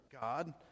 God